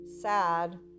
sad